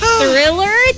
thriller